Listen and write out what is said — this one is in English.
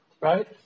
right